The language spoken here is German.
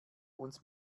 uns